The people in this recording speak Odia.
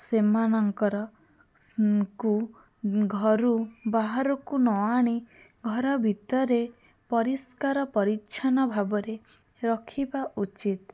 ସେମାନଙ୍କର ଘରୁ ବାହାରକୁ ନ ଆଣି ଘର ଭିତରେ ପରିଷ୍କାର ପରିଛନ୍ନ ଭାବରେ ରଖିବା ଉଚିତ୍